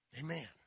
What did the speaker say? amen